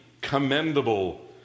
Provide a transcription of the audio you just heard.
commendable